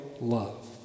love